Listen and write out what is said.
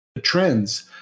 trends